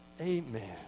Amen